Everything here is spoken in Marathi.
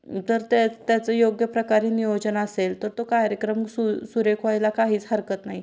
तर त्या त्याचं योग्य प्रकारे नियोजन असेल तर तो कार्यक्रम सु सुरेख व्हायला काहीच हरकत नाही